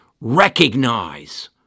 recognize